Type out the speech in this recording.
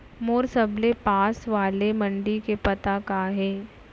मोर सबले पास वाले मण्डी के पता का हे?